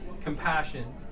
compassion